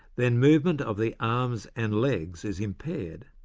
then movement of the arms and legs is impaired,